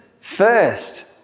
first